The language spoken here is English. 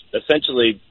essentially